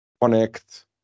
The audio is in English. connect